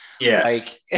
yes